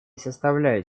составляют